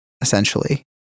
essentially